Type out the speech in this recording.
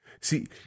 See